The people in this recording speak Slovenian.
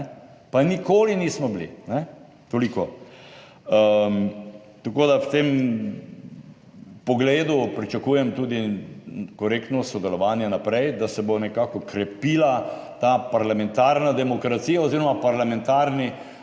pa nikoli nismo bili. Toliko. Tako da v tem pogledu pričakujem tudi korektno sodelovanje naprej, da se bo nekako krepila ta parlamentarna demokracija oziroma parlamentarni